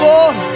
Lord